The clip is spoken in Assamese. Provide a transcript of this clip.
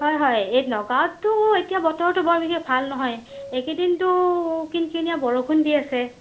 হয় হয় এই নগাঁৱতটো এতিয়াটো বতৰ বৰ বিশেষ ভাল নহয় এইকেইদিনটো কিনকিনীয়া বৰষুণ দি আছে